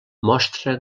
mostra